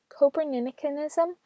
copernicanism